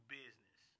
business